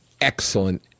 excellent